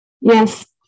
yes